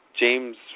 James